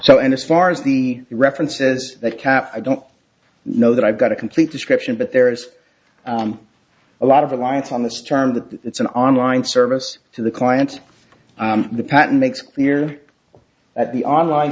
so and as far as the references that cat i don't know that i've got a complete description but there is a lot of reliance on this term that it's an online service to the client the patent makes clear that the online